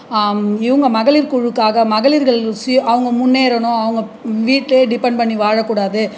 இவங்க மகளிர் குழுக்காக மகளிர்கள் சுய அவங்க முன்னேறணும் அவங்க வீட்டேயே டிப்பெண்ட் பண்ணி வாழக் கூடாது